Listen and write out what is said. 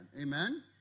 Amen